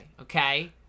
okay